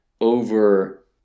over